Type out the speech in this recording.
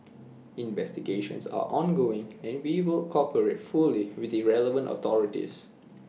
investigations are ongoing and we will cooperate fully with the relevant authorities